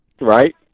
Right